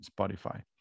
Spotify